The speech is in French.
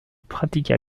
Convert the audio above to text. pratiqua